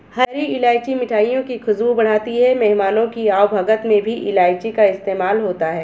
हरी इलायची मिठाइयों की खुशबू बढ़ाती है मेहमानों की आवभगत में भी इलायची का इस्तेमाल होता है